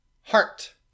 heart